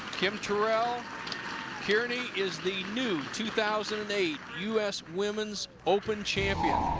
kim terrell-kearney is the new two thousand and eight us women's open champion.